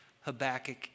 Habakkuk